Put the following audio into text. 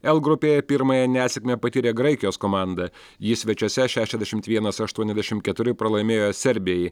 el grupėje pirmąją nesėkmę patyrė graikijos komanda ji svečiuose šešiasdešimt vienas aštuoniasdešimt keturi pralaimėjo serbijai